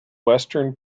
western